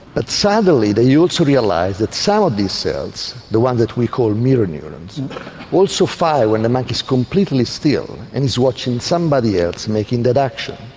but suddenly they also realised that some of these cells, the one that we call mirror neurons also fire when the monkey is completely still and is watching somebody else making that action.